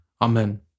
Amen